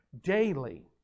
daily